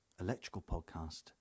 electricalpodcast